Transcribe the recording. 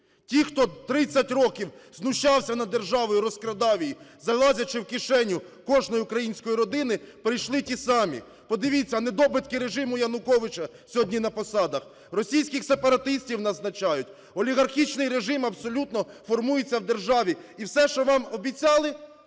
Ті, хто 30 років знущався над державою, розкрадав її, залазячи в кишеню кожної української родини, прийшли ті самі. Подивіться, недобитки режиму Януковича сьогодні на посадах, російських сепаратистів назначають, олігархічний режим абсолютно формується в державі, і все, що вам обіцяли, виявляється,